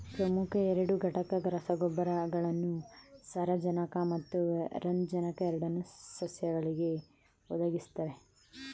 ಪ್ರಮುಖ ಎರಡು ಘಟಕ ರಸಗೊಬ್ಬರಗಳು ಸಾರಜನಕ ಮತ್ತು ರಂಜಕ ಎರಡನ್ನೂ ಸಸ್ಯಗಳಿಗೆ ಒದಗಿಸುತ್ವೆ